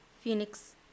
Phoenix